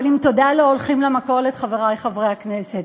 אבל עם תודה לא הולכים למכולת, חברי חברי הכנסת.